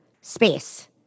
space